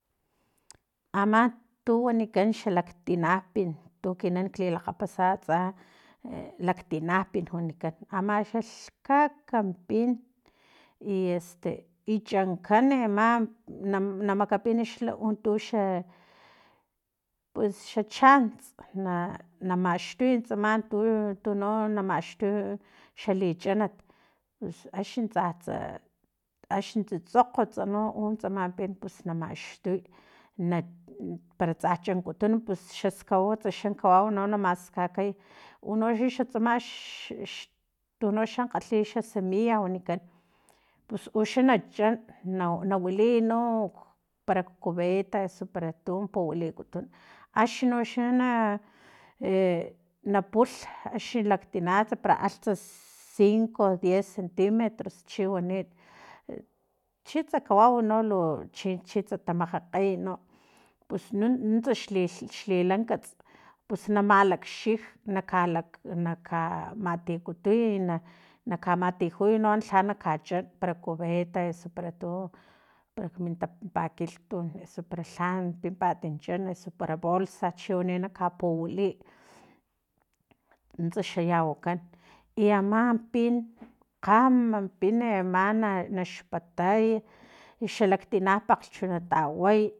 Ama tu wanikan xalaktina pin tu ekinan lilakgapasa atsa e laktinapin wanikan amaxa lhkaka mpin i este i chankan ama na makapin xla untu xla e pus xa chants na namaxtuy tsama tu tuno namaxtuy xalichanat axni tsatsa axni tsutsokgost no tsama pinpus na maxtuy na para tsa chankutun pus xaskawawats xa kawau na maskakay unoxa xatsama x tuno xa kgalhi xa semilla wanikan pus uxa na chan na na wiliy no parak cubeta osu para tu puwilikutun axnoxa na e napulh axni laktina para altsa para cinco o diez centimetros chiwanit chitsa kawau no lu chi chitsa tamakgakgey nopara pus nuntsa xli lankats pus na malakxij na kalak nakalk matikutuy i na kamatijuy ani no lha na kachan para cubeta osu para mintampakilhtun eso para lhan patim chan osu para bolsa chiwani na kapuwiliy nuntsa xa yawakan i ama pin kgama pin ama na naxpatay i xa laktina pakglhch na taway